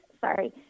Sorry